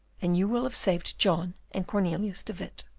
and you will have saved john and cornelius de witt.